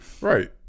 Right